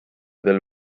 veel